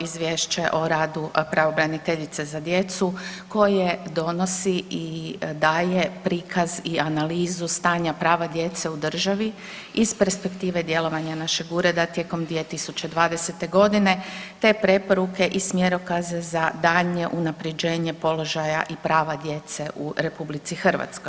Izvješće o radu pravobraniteljice za djecu koje donosi i daje prikaz i analizu stanja prava djece u državi iz perspektive djelovanja našeg Ureda tijekom 2020. g. te preporuke i smjerokaze za daljnje unaprjeđenje položaja i prava djece u RH.